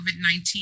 COVID-19